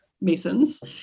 Masons